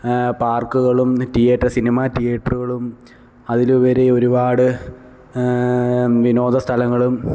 പാർക്കുകളും theatre cinema തിയേറ്ററുകളും അതിലുപരി ഒരുപാട് വിനോദ സ്ഥലങ്ങളും